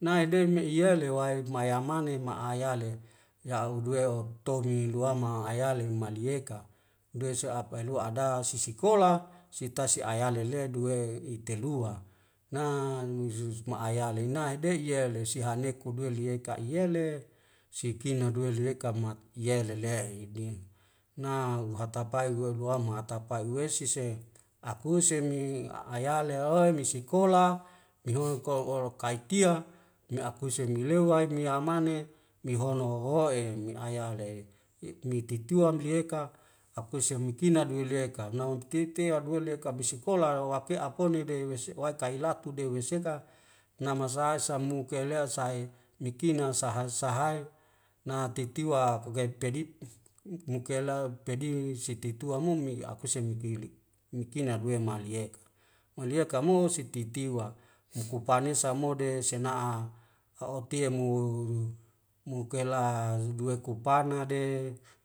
nae de me iyele wai mayamane ma'ayale ya audewu o'toni luama ayale malieka duwesa ap'aealua ada sisikola sitai siayale le duwe itelua na muzuz ma ayale nahe dehi ye lesihaneku duwe lieka ka iyele sikina duwe liweka mat yelele'i dinu. na huwatapain dua duwamu hatapai uwesi se akuse mi ayale oi misikola mihongko oro kaitia me akuse melewai niyamane mihono hoho'e mi ayale i mi titiwang ge eka aku semikina duwilieka nawm titiap bule kabisikola wake apone ne de wes waikalatu deweseka nama sai samuke le sai mikina sahai sahai na titiwa kugait pedit mukela pedi siti tua mo me akuse mikilik mikina abu e malieak malieak ka mo sititiwa mukupane samua de sena'a o'otie mo mo kela guekupana de